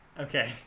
Okay